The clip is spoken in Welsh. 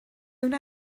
wna